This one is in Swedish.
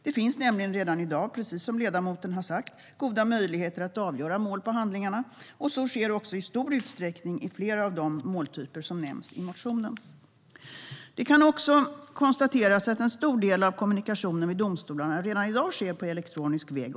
Det finns nämligen redan i dag, precis som ledamoten har sagt, goda möjligheter att avgöra mål på handlingarna. Så sker också i stor utsträckning i flera av de måltyper som nämns i motionerna. Det kan också konstateras att en stor del av kommunikationen vid domstolarna redan i dag sker på elektronisk väg.